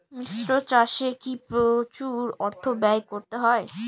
মিশ্র চাষে কি প্রচুর অর্থ ব্যয় করতে হয়?